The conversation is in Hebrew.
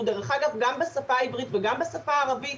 הוא דרך אגב גם בשפה העברית וגם בשפה הערבית.